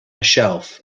shelf